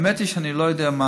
האמת היא שאני לא יודע,